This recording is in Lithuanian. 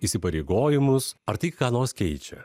įsipareigojimus ar tai ką nors keičia